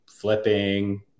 flipping